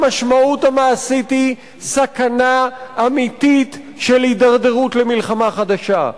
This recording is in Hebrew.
המשמעות המעשית היא סכנה אמיתית של הידרדרות למלחמה חדשה,